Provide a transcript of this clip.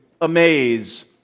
amaze